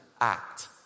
act